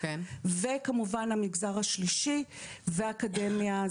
וכמובן המגזר השלישי והאקדמיה.